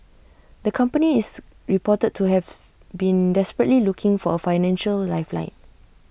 the company is reported to have been desperately looking for A financial lifeline